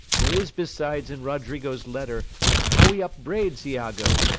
there is besides in roderigo's letter how he upbraids iago,